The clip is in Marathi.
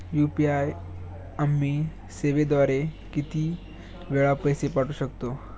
यू.पी.आय आम्ही सेवेद्वारे किती वेळा पैसे पाठवू शकतो?